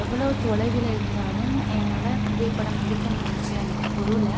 எவ்வளோ தொலைவில் இருந்தாலும் என்னால் புகைப்படம் முடிஞ்சிச்சு அந்த பொருளை